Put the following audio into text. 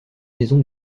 maison